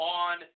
on